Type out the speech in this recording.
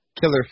Killer